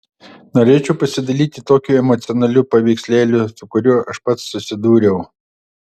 norėčiau pasidalyti tokiu emocionaliu paveikslėliu su kuriuo aš pats susidūriau